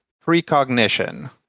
precognition